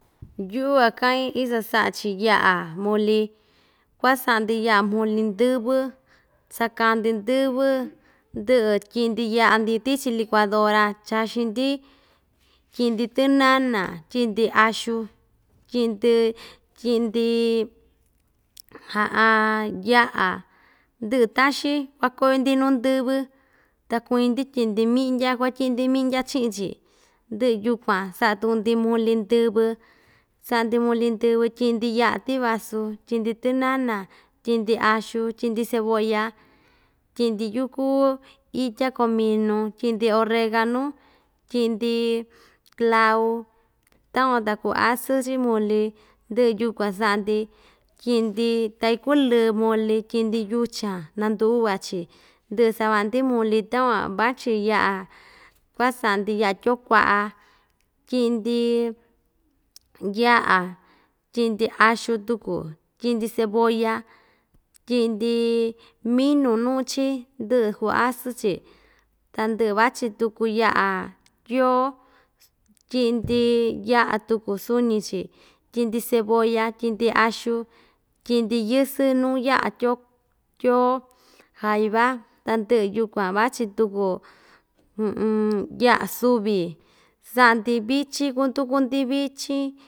Yuꞌu kuakaꞌin iso saꞌa‑chi yaꞌa muli kuaꞌa saꞌa‑ndi yaꞌa ndɨvɨ saka‑ndi ndɨvɨ ndɨꞌɨ tyiꞌ‑ndi yaꞌa tichi licuadora chaxin‑ndi tyiꞌi‑ndi tɨnana tyiꞌi‑ndi axu tyiꞌi‑ndi tyiꞌi‑ndi yaꞌa ndɨꞌɨ taxin kuakoyo‑ndi nuu ndɨvɨ ta kuñi‑ndi tyiꞌi‑ndi miꞌndya kuatyiꞌi‑ndi miꞌndya chiꞌi‑chi ndɨꞌɨ yukuan saꞌa tuku‑ndi muli ndɨvɨ saꞌa‑ndi muli ndɨvɨ tyiꞌi‑ndi yaꞌa tii vasu tyiꞌi‑ndi tɨnana tyiꞌi‑ndi axu tyiꞌi‑ndi cebolla tyiꞌi‑ndi yuku itya cominu tyiꞌi‑ndi orreganu tyiꞌi‑ndi clau takuan ta kuu asɨn chi muli ndɨꞌɨ yukuan saꞌa‑ndi tyiꞌi‑ndi ta ikulɨ muli tyiꞌi‑ndi yuchan naa nduꞌuva‑chi ndɨꞌɨ savaꞌa‑ndi muli takuan vachi yaꞌa kuaꞌa saꞌa‑ndi yaꞌa tyoo kuaꞌa tyiꞌi‑ndi yaꞌa tyiꞌi‑ndi axu tuku tyiꞌi‑ndi cebolla tyiꞌi‑ndi minu nuu‑chi ndɨꞌɨ ku asɨn‑chi ta ndɨꞌɨ vachi tuku yaꞌa tyioo tyiꞌi‑ndi yaꞌa tuku suñi‑chi tyiꞌi‑ndi cebolla tyiꞌi‑ndi axu tyiꞌi‑ndi yɨsɨ nuu yaꞌa tyoo kk tyioo jaiba tandɨꞌɨ yukuan vachi tuku yaꞌa suvi saꞌa‑ndi vichin kunduku‑ndi vichin.